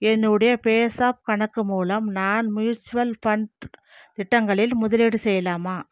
என்னுடைய பேஸாப் கணக்கு மூலம் நான் மியூச்சுவல் ஃபண்ட் திட்டங்களில் முதலீடு செய்யலாமா